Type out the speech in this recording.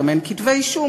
גם אין כתבי אישום,